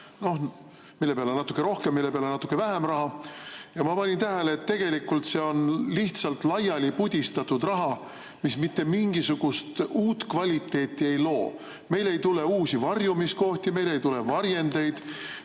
noh, mille peale natuke rohkem, mille peale natuke vähem raha. Ma panin tähele, et tegelikult see on lihtsalt laiali pudistatud raha, mis mitte mingisugust uut kvaliteeti ei loo. Meile ei tule uusi varjumiskohti, meile ei tule varjendeid,